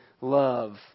love